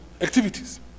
activities